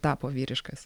tapo vyriškas